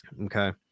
okay